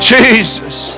Jesus